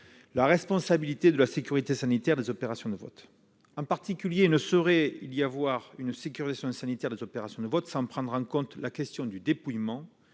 la responsabilité de la sécurité sanitaire des opérations de vote ? En particulier, il ne saurait y avoir une sécurisation sanitaire des opérations de vote sans prendre en compte la question du dépouillement,